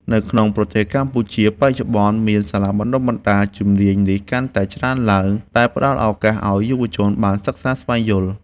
នៅក្នុងប្រទេសកម្ពុជាបច្ចុប្បន្នមានសាលាបណ្តុះបណ្តាលជំនាញនេះកាន់តែច្រើនឡើង ដែលផ្តល់ឱកាសឱ្យយុវជនបានសិក្សាស្វែងយល់។